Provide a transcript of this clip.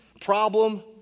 problem